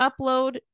upload